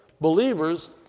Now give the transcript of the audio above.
Believers